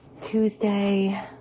Tuesday